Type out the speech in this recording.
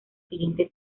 siguiente